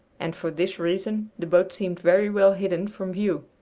and for this reason the boat seemed very well hidden from view.